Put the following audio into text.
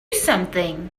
something